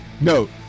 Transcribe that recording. note